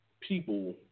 people